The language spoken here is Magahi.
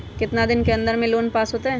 कितना दिन के अन्दर में लोन पास होत?